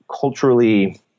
culturally